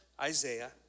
Isaiah